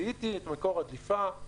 זיהיתי את מקור הדליפה,